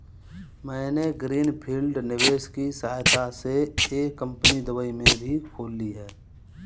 मैंने green field निवेश की सहायता से एक कंपनी दुबई में भी खोल ली है